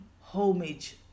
homage